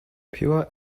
pure